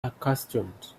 accustomed